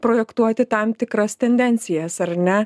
projektuoti tam tikras tendencijas ar ne